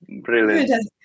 Brilliant